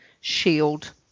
shield